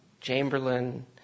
Chamberlain